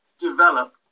develop